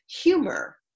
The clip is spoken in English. humor